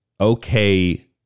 okay